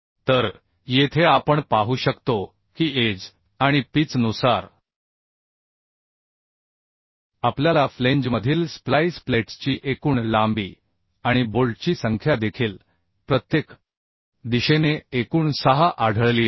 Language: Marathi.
तर येथे आपण पाहू शकतो की एज आणि पिच नुसार आपल्याला फ्लेंजमधील स्प्लाईस प्लेट्सची एकूण लांबी आणि बोल्टची संख्या देखील प्रत्येक दिशेने एकूण 6 आढळली आहे